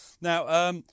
Now